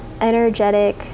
energetic